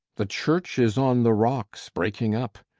the church is on the rocks, breaking up.